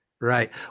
Right